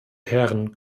herren